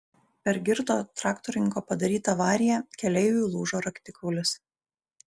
per girto traktorininko padarytą avariją keleiviui lūžo raktikaulis